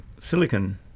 silicon